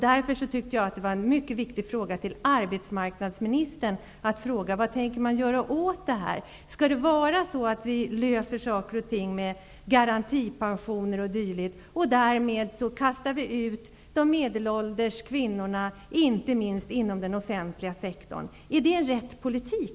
Därför tyckte jag att det var mycket viktigt att till arbetsmarknadsministern få ställa följande fråga: Vad tänker man göra åt detta? Skall vi lösa saker och ting bara med garantipensioner o.d. och därmed kasta ut de medelålders kvinnorna, inte minst från den offentliga sektorn? Är det rätt politik?